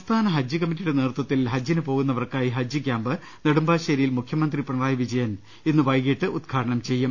സംസ്ഥാന ഹജ്ജ് കമ്മിറ്റിയുടെ നേതൃത്വത്തിൽ ഹജ്ജിനു പോകുന്നവർക്കായി ഹജ്ജ് ക്യാംപ് നെടുമ്പാശേരിയിൽ മുഖ്യമന്ത്രി പിണറായി വിജയൻ ഇന്ന് വൈകീട്ട് ഉദ്ഘാ ടനം ചെയ്യും